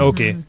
Okay